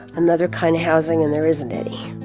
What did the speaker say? another kind of housing, and there isn't any